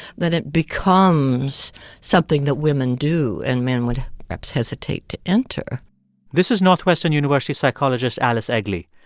then it becomes something that women do, and men would perhaps hesitate to enter this is northwestern university psychologist alice eagly.